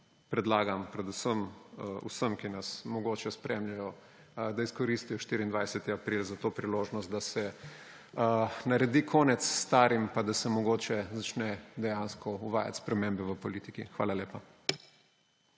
predlagam predvsem vsem, ki nas mogoče spremljajo, da izkoristijo 24. april za to priložnost, da se naredi konec s starim pa da se mogoče začne dejansko uvajati spremembe v politiki. Hvala lepa.